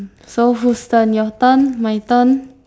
so who's turn your turn my turn